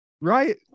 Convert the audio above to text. Right